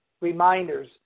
reminders